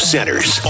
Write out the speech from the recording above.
Centers